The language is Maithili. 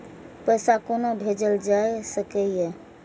पैसा कोना भैजल जाय सके ये